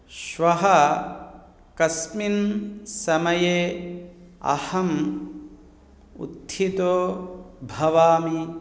श्वः कस्मिन् समये अहम् उत्थितो भवामि